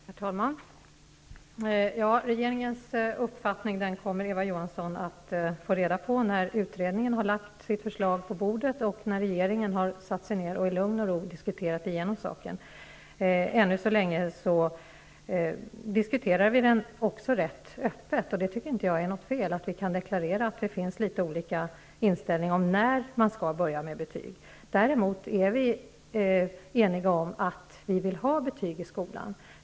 Herr talman! Regeringens uppfattning kommer Eva Johansson att få reda på när utredningen har lagt fram sitt förslag och regeringen i lugn och ro har diskuterat igenom saken. Ännu så länge diskuterar vi denna fråga rätt öppet. Jag tycker inte det är fel att vi deklarerar att det finns litet olika inställning till när man skall börja med betygen. Däremot är vi eniga om att vi vill ha betyg i skolan.